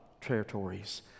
territories